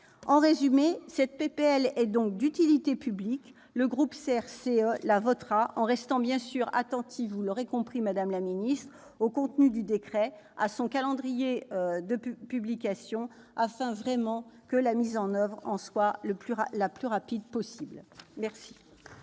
proposition de loi est donc d'utilité publique. Le groupe CRCE la votera, en restant bien sûr attentif, vous l'aurez compris, madame la secrétaire d'État, au contenu du décret, à son calendrier de publication, afin vraiment que la mise en oeuvre soit la plus rapide possible. La